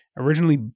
originally